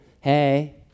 Hey